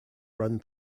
run